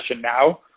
now